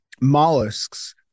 mollusks